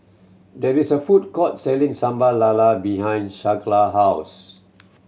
there is a food court selling Sambal Lala behind Skyla house